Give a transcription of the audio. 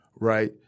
right